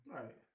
Right